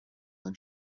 than